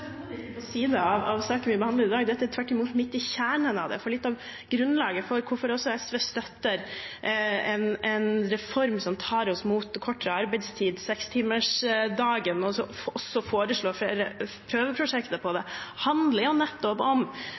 siden av saken vi behandler i dag. Dette er tvert imot midt i kjernen av den, for litt av grunnlaget for hvorfor også SV støtter en reform som tar oss mot kortere arbeidstid, sekstimersdagen, og også foreslår flere prøveprosjekter med det, handler jo nettopp om